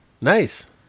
Nice